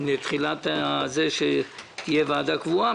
לוועדה קבועה,